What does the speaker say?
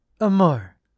amor